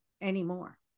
anymore